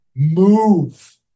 Move